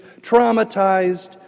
traumatized